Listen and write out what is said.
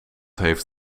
heeft